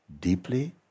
deeply